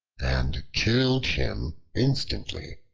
and killed him instantly.